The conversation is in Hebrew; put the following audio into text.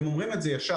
הם אומרים את זה ישר.